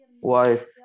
wife